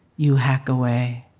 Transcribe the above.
you hack away.